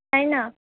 তাইনা